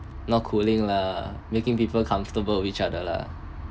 not cooling lah making people comfortable with each other lah